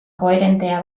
koherentea